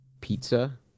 pizza